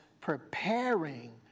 preparing